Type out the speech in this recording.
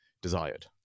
desired